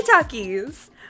Talkies